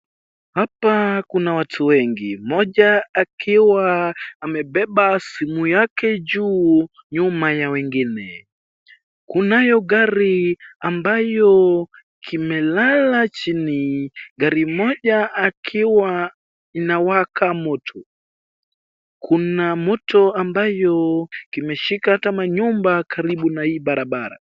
Hapa kuna watu wengi ,mmoja akiwa amebeba simu yake juu nyuma ya wengine. Kunayo gari ambayo kimelala chini, gari moja akiwa inawaka moto. Kuna moto ambayo kimeshika hata manyumba karibu na hii barabara.